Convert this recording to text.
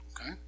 Okay